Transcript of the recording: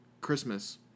Christmas